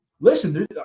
listen